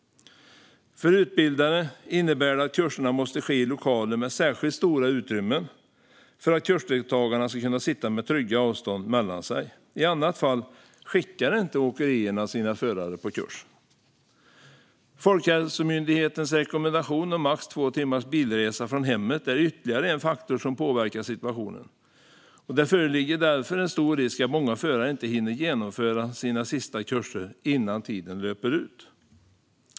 För utbildare innebär detta att kurserna måste ske i lokaler med särskilt stora utrymmen för att kursdeltagarna ska kunna sitta med trygga avstånd mellan sig - i annat fall skickar inte åkerierna sina förare på kurs. Folkhälsomyndighetens rekommendation om max två timmars bilresa från hemmet är ytterligare en faktor som påverkar situationen. Det föreligger därför en stor risk att många förare inte hinner genomföra sina sista kurser innan tider löper ut.